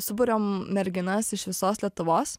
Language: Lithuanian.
suburiam merginas iš visos lietuvos